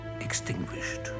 extinguished